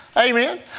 Amen